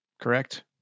correct